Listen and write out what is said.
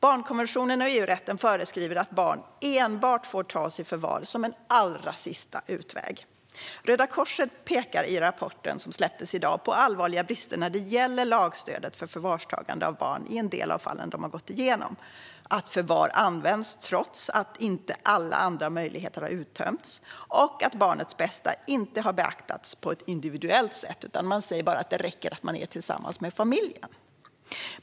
Barnkonventionen och EU-rätten föreskriver att barn enbart får tas i förvar som en allra sista utväg. I den rapport som släpptes i dag pekar Röda Korset på allvarliga brister när det gäller lagstödet för förvarstagandet av barn i en del av de fall som de har gått igenom - att förvar används trots att inte alla andra möjligheter har uttömts - och att barnets bästa inte har beaktats på ett individuellt sätt, utan man säger bara att det räcker att man är tillsammans med familjen.